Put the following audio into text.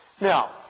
Now